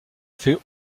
fait